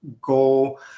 go